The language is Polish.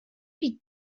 pizzę